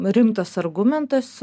rimtas argumentas